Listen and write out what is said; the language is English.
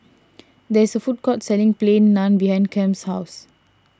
there is a food court selling Plain Naan behind Kem's house